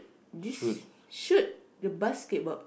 this shoot the basketball